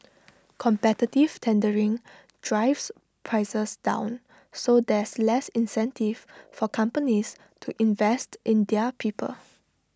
competitive tendering drives prices down so there's less incentive for companies to invest in their people